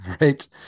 Right